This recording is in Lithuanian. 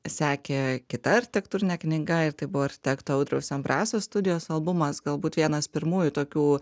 sekė kita architektūrinė knyga ir tai buvo architekto audriaus ambraso studijos albumas galbūt vienas pirmųjų tokių